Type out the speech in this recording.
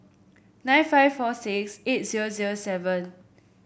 nine five four six eight zero zero seven